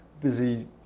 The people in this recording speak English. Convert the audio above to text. busy